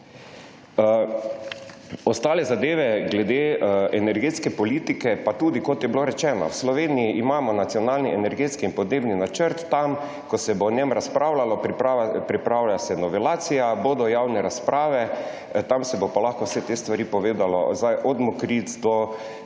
Ostale zadeve glede energetske politike. Kot je bilo rečeno, v Sloveniji imamo nacionalni energetski in podnebni načrt. Ko se bo o njem razpravljalo, pripravlja se novelacija, bodo javne razprave, tam se bodo pa lahko vse te stvari povedale, od Mokric do ostalih